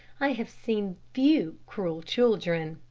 i have seen few cruel children.